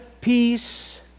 peace